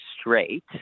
straight